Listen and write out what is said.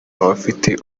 abafite